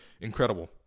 incredible